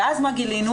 ואז מה גילינו?